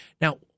Now